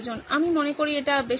আমি মনে করি এটি বেশ অনেকটা